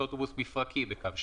אוטובוס מפרקי בקו שירות.